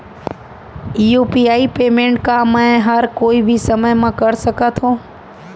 UPI payment का मैं ह कोई भी समय म कर सकत हो?